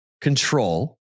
control